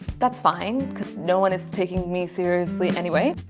that's fine because no one is taking me seriously anyway